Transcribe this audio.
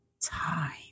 time